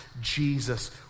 Jesus